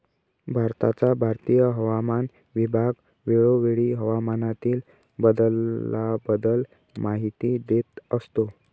भारताचा भारतीय हवामान विभाग वेळोवेळी हवामानातील बदलाबद्दल माहिती देत असतो